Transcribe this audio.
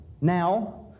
now